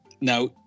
now